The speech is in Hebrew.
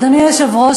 אדוני היושב-ראש,